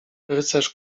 rycerz